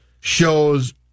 shows